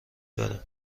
دارم